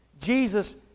Jesus